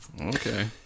Okay